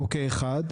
אוקיי, אחד.